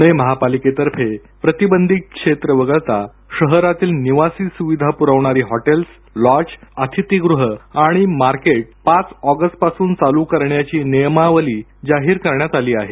पुणे महापालिकेतर्फे प्रतिबंधित क्षेत्र वगळता शहरातील निवासी सुविधा पुरवणारी हॉटेल्स लॉज अतिथीगृह मॉल आणि मार्केट पाच ऑगस्टपासून चालू करण्याची नियमावली जाहीर करण्यात आली आहे